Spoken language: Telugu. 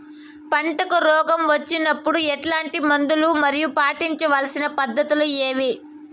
పంటకు రోగం వచ్చినప్పుడు ఎట్లాంటి మందులు మరియు పాటించాల్సిన పద్ధతులు ఏవి?